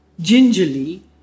gingerly